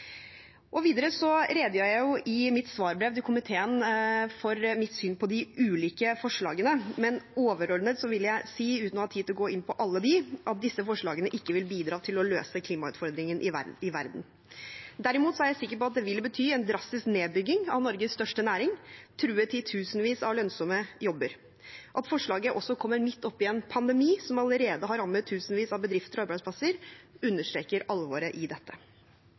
Videre redegjorde jeg i mitt svarbrev til komiteen for mitt syn på de ulike forslagene, men overordnet vil jeg si – uten å ha tid til å gå inn på dem alle – at disse forslagene ikke vil bidra til å løse klimautfordringen i verden. Derimot er jeg sikker på at det vil bety en drastisk nedbygging av Norges største næring og true titusenvis av lønnsomme jobber. At forslaget også kommer midt oppi en pandemi som allerede har rammet tusenvis av bedrifter og arbeidsplasser, understreker alvoret i dette.